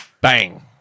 Bang